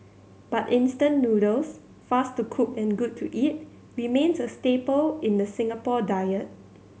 but instant noodles fast to cook and good to eat remains a staple in the Singapore diet